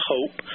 Hope